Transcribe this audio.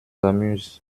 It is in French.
amuse